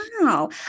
Wow